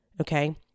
okay